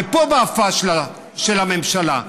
ופה באה הפשלה של הממשלה: